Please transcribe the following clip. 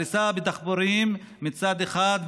הריסה בדחפורים מצד אחד,